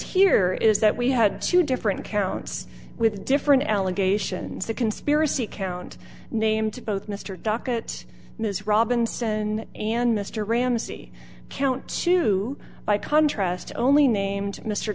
here is that we had two different accounts with different allegations the conspiracy count named both mr docket ms robinson and mr ramsey count two by contrast only named mr